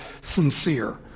sincere